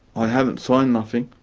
i haven't signed nothing.